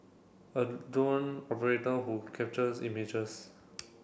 a drone operator who captures images